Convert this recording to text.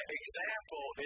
example